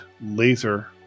laser